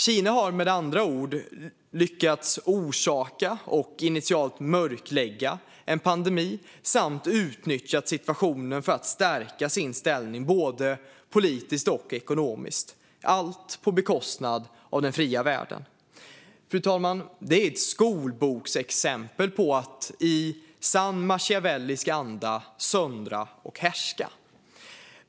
Kina har med andra ord både lyckats orsaka och initialt mörklägga en pandemi samt utnyttja situationen för att stärka sin ställning både politiskt och ekonomiskt, allt på bekostnad av den fria världen. Fru talman! Detta är ett skolboksexempel på att i sann machiavellisk anda söndra och härska.